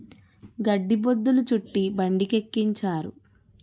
గడ్డి బొద్ధులు చుట్టి బండికెక్కించారు